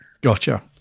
Gotcha